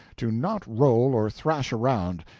to not roll or thrash around,